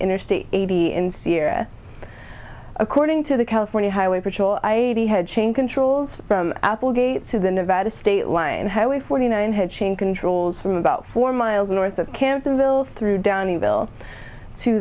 interstate eighty in sierra according to the california highway patrol i had chain controls from applegate to the nevada state line and highway forty nine had chain controls from about four miles north of kansas bill through downieville to